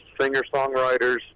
singer-songwriters